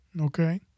okay